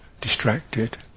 distracted